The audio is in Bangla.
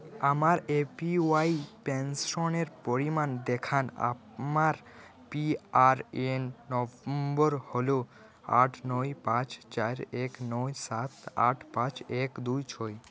আমার এপিওয়াই পেনশনের পরিমাণ দেখান আমার পি আর এ এন নম্বর হল আট নয় পাঁচ চার এক নয় সাত আট পাঁচ এক দুই ছয়